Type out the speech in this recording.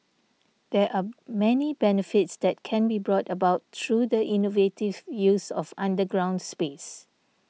there are many benefits that can be brought about through the innovative use of underground space